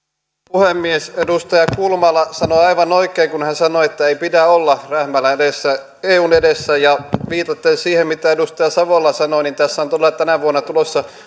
puhemies edustaja kulmala sanoi aivan oikein kun hän sanoi että ei pidä olla rähmällään eun edessä ja viitaten siihen mitä edustaja savola sanoi niin tässä on todella tänä vuonna tulossa